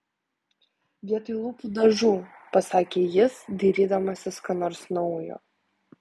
vietoj lūpų dažų pasakė jis dairydamasis ko nors naujo